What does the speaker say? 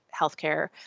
healthcare